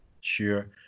Sure